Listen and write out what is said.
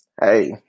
hey